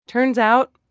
turns out,